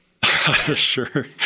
Sure